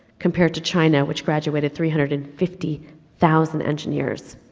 compared to china, which graduated three hundred and fifty thousand engineers.